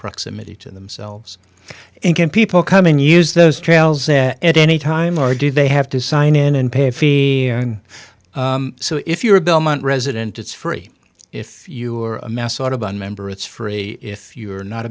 proximity to themselves and can people come and use those trails at any time or do they have to sign in and pay a fee so if you're a belmont resident it's free if you are a mass audubon member it's free if you are not